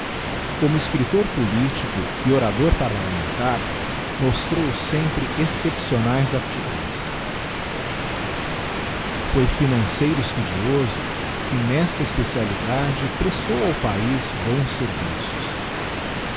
mo escríptor politico e orador parlamentar mostrou sempre excepcionaes aptidões foi financeiro estudioso e nessa especialidade prestou ao paiz bons serviços